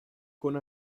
con